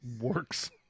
works